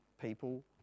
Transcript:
people